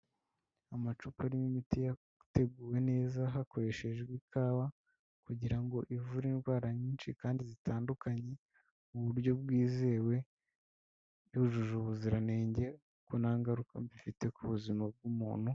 Amacupa arimo imiti yateguwe neza hakoreshejwe ikawa kugira ngo ivure indwara nyinshi kandi zitandukanye mu buryo bwizewe, yujuje ubuziranenge kuko nta ngaruka mbi ifite ku buzima bw'umuntu.